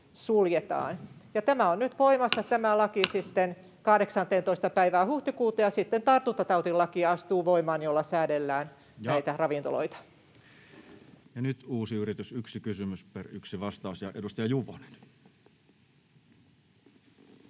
laki on nyt voimassa 18. päivään huhtikuuta, ja sitten astuu voimaan tartuntatautilaki, jolla säädellään näitä ravintoloita. Ja nyt uusi yritys, yksi kysymys per yksi vastaus. — Edustaja Juvonen.